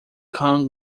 kong